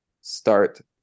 start